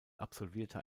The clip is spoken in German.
absolvierte